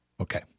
Okay